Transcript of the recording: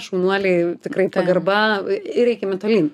šaunuoliai tikrai pagarba ir eikime tolyn